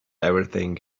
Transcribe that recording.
everything